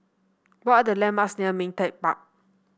what are the landmarks near Ming Teck Park